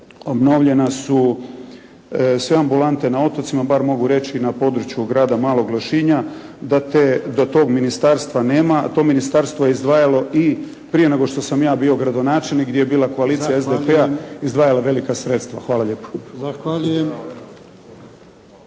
obnovljena su sve ambulante na otocima. Bar mogu reći na području grada Malog Lošinja da te, da tog Ministarstva nema. A to Ministarstvo je izdvajalo i prije nego što sam ja bio gradonačelnik gdje je bila koalicija …… /Upadica: Zahvaljujem./ … SDP-a, izdvajalo velika sredstva. Hvala lijepo.